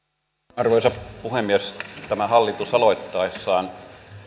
arvoisa puhemies tämä hallitus aloittaessaan